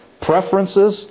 preferences